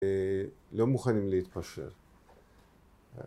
‫ולא מוכנים להתפשר.